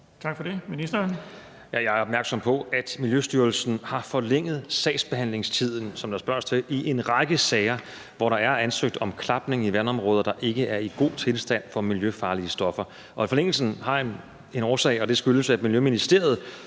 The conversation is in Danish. (Magnus Heunicke): Jeg er opmærksom på, at Miljøstyrelsen har forlænget sagsbehandlingstiden, som der spørges til, i en række sager, hvor der er ansøgt om klapning i vandområder, der ikke er i god tilstand for miljøfarlige stoffer. Forlængelsen har en årsag, og den er, at Miljøministeriet